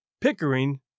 Pickering